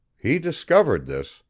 he discovered this,